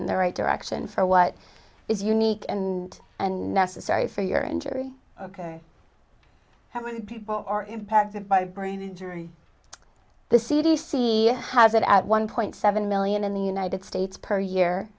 in the right direction for what is unique and and necessary for your injury ok how many people are impacted by brain injury the c d c has it at one point seven million in the united states per